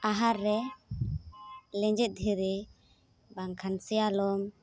ᱟᱦᱟᱨ ᱨᱮ ᱞᱮᱸᱡᱮᱫ ᱫᱷᱤᱨᱤ ᱵᱟᱝᱠᱷᱟᱱ ᱥᱮᱭᱟᱞᱚᱢ